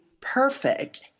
perfect